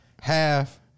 half